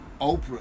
Oprah